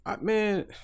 man